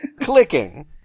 clicking